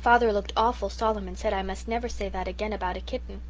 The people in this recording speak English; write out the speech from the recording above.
father looked awful solemn and said i must never say that again about a kitten.